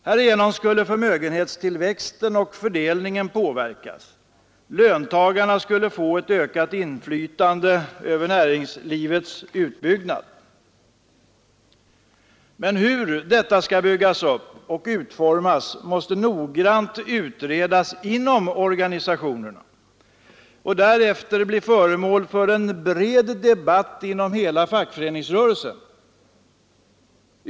Härigenom skulle förmögenhetstillväxten och fördelningen påverkas, och löntagarna skulle få ett ökat inflytande över näringslivets utbyggnad. Men hur detta skall byggas upp och utformas måste noggrant utredas inom organisationerna och därefter bli föremål för en bred debatt inom hela fackföreningsrörelsen.